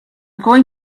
going